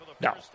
No